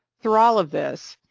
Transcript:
through all of this,